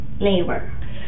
neighbor